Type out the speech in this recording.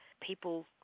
people